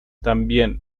también